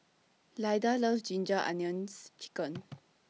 Lyda loves Ginger Onions Chicken